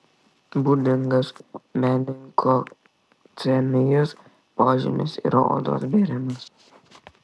būdingas meningokokcemijos požymis yra odos bėrimas